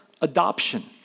adoption